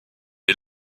est